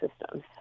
systems